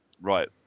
right